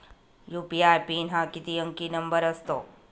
UPI PIN हा किती अंकी नंबर असतो?